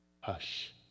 Hush